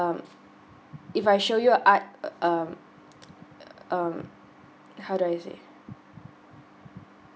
if I show you a art um um how do I say